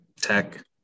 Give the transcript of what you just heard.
Tech